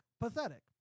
Pathetic